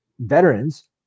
veterans